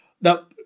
now